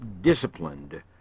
disciplined